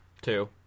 Two